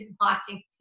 watching